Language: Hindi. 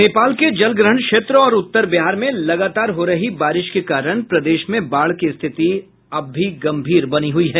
नेपाल के जलग्रहण क्षेत्र और उत्तर बिहार में लगातार हो रही बारिश के कारण प्रदेश में बाढ़ की स्थिति अब भी गम्भीर बनी हुई है